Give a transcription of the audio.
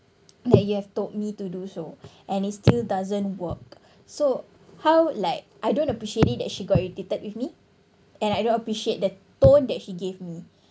that you have told me to do so and it still doesn't work so how like I don't appreciate it that she got irritated with me and I don't appreciate the tone that she gave me